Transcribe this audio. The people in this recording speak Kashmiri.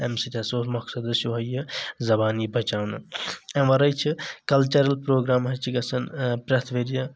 أمہِ سۭتۍ ہسا اوس مقصد اوس یِہوے یہِ زبان یی بچاونہٕ اَمہِ ورأے چھ کلچرل پروگرام حظ چھ گژھان پرٛٮ۪تھ ؤرۍیہِ